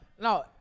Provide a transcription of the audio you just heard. No